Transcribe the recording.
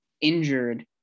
injured